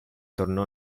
tornò